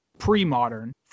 pre-modern